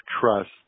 trust